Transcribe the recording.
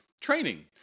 training